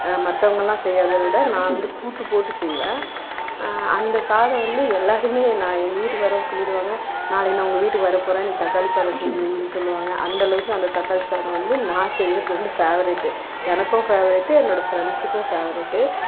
மற்றவங்கல்லாம் செய்கிறத விட நான் வந்து கூட்டு போட்டு செய்வேன் அந்த சாதம் வந்து எல்லாேருமே நான் எங்கள் வீட்டுக்கு வரவங்க சொல்லிவிடுவாங்க நாளைக்கு நான் உங்கள் வீட்டுக்கு வர போகிறேன் நீ தக்காளி சாதம் செஞ்சு வைனு சொல்லுவாங்க அந்தளவுக்கு அந்த தக்காளி சாதம் வந்து நான் செய்கிறது வந்து ஃபேவரட்டு எனக்கும் ஃபேவரட்டு என்னோடய ஃப்ரெண்ட்ஸ்ஸுக்கும் ஃபேவரட்டு